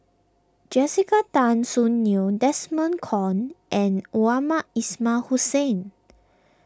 Jessica Tan Soon Neo Desmond Kon and Mohamed Ismail Hussain